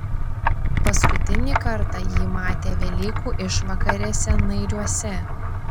paskutinį kartą jį matė velykų išvakarėse nairiuose